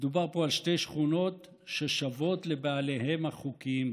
מדובר פה על שתי שכונות ששבות לבעליהן החוקיים.